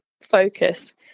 focus